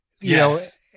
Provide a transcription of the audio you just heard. yes